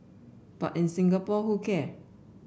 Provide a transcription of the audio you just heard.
but in Singapore who care